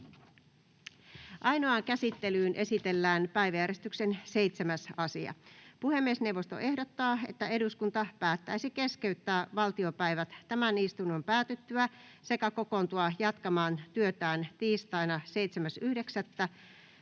Ainoaan käsittelyyn esitellään päiväjärjestyksen 7. asia. Puhemiesneuvosto ehdottaa, että eduskunta päättäisi keskeyttää valtiopäivät tämän istunnon päätyttyä sekä kokoontua jatkamaan työtään tiistaina 7.9.2021